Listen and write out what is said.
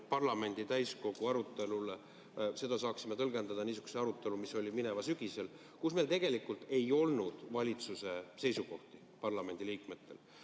parlamendi täiskogu arutelule ja et seda saaksime tõlgendada niisuguse aruteluna, mis oli mineval sügisel, kus meil tegelikult ei olnud valitsuse seisukohti parlamendiliikmetel